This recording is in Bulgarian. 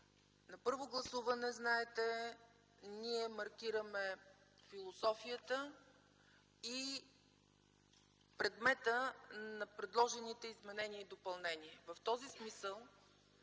На първо гласуване, знаете, ние маркираме философията и предмета на предложените изменения и допълнения. В този смисъл,